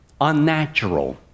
unnatural